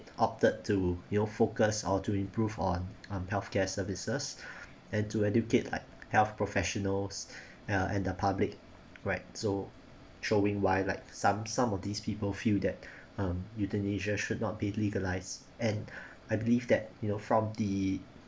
opted to you know focus or to improve on um health care services and to educate like health professionals and the public right showing why like some some of these people feel that um euthanasia should not be legalised and I believe that you know from the